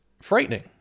frightening